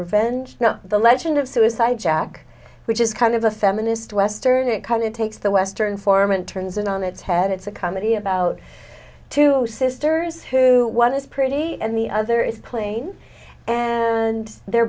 revenge you know the legend of suicide jack which is kind of a feminist western it kind of takes the western form and turns it on its head it's a comedy about two sisters who one is pretty and the other is plain and they're